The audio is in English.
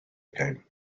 game